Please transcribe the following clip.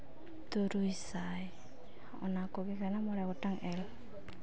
ᱛᱩᱨᱩᱭ ᱥᱟᱭ ᱚᱱᱟ ᱠᱚᱜᱮ ᱠᱟᱱᱟ ᱢᱚᱬᱮ ᱜᱚᱴᱟᱝ ᱮᱞ